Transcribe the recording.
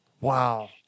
Wow